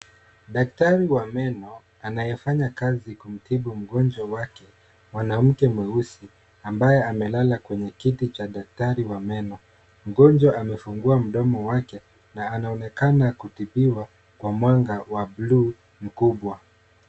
Daktari wa meno anayefanya kazi kumtibu mgonjwa wake mwanamke mweusi, ambaye amelala kwenye kiti cha daktari wa meno. Mgonjwa amefungua mdomo wake na anaonekana kutibiwa kwa mwanga wa bluu mkubwa.